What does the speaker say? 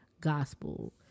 gospel